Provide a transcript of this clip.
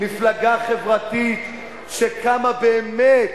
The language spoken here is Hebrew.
מפלגה חברתית שקמה באמת,